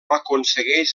aconsegueix